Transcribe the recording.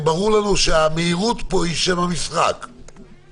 כי הרי ברור לנו שהמהירות היא שם המשחק פה.